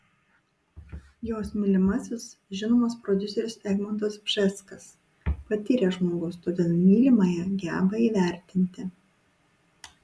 jos mylimasis žinomas prodiuseris egmontas bžeskas patyręs žmogus todėl mylimąją geba įvertinti